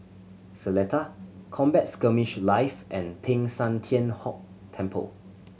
Seletar Combat Skirmish Live and Teng San Tian Hock Temple